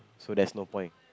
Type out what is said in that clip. so there's no point